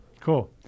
Cool